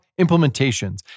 implementations